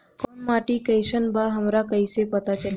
कोउन माटी कई सन बा हमरा कई से पता चली?